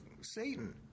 Satan